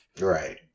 Right